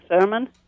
sermon